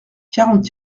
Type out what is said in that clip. quarante